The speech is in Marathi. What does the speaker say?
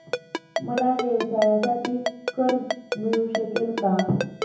मला व्यवसायासाठी कर्ज मिळू शकेल का?